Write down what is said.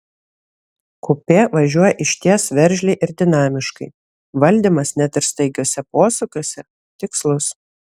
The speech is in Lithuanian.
kupė važiuoja išties veržliai ir dinamiškai valdymas net ir staigiuose posūkiuose tikslus